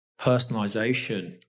personalization